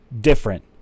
different